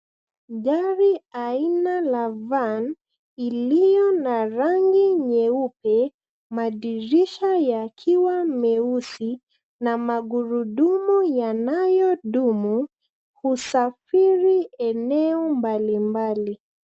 Gari aina la Van iliyo na rangi nyeupe, madirisha yakiwa meusi na magurudumu yanayodumu husafiri eneo mbalimbali.